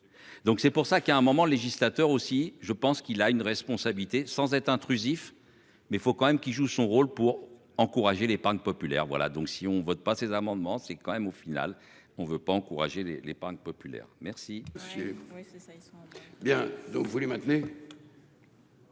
Donc c'est pour ça qu'à un moment législateur aussi, je pense qu'il a une responsabilité sans être intrusif mais faut quand même qu'il joue son rôle pour encourager l'épargne populaire. Voilà donc si on vote pas ces amendements, c'est quand même au final on ne veut pas encourager les l'épargne populaire, merci.